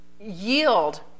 yield